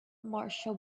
marshall